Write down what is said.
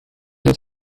uns